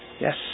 Yes